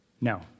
No